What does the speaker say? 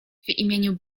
imieniu